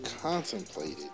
contemplated